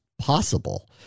possible